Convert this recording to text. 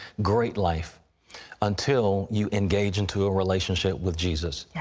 great life until you engage into a relationship with jesus. yeah